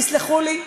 תסלחו לי,